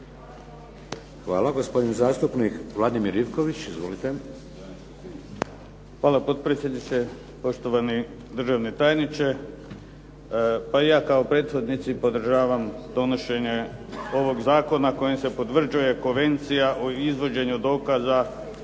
(HDZ)** Hvala. Gospodin zastupnik Vladimir Ivković, izvolite. **Ivković, Vladimir (HDZ)** Hvala potpredsjedniče, poštovani državni tajniče, pa i ja kao prethodnici podržavam donošenje ovog zakona kojim se potvrđuje konvencija o izvođenju dokaza